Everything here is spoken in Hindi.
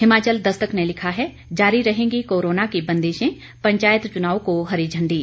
हिमाचल दस्तक ने लिखा है जारी रहेंगी कोरोना की बंदिशें पंचायत चुनाव को हरी झंडी